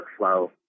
workflow